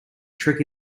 trick